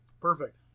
Perfect